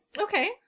Okay